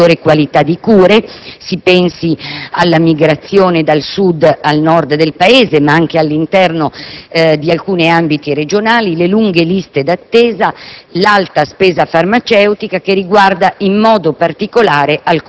e la conseguente migrazione interna dei pazienti verso livelli di maggiore qualità di cure; si pensi alla migrazione dal Sud al Nord del Paese, ma anche all'interno di alcuni ambiti regionali, alle lunghe liste d'attesa,